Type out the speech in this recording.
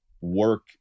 work